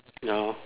ya lor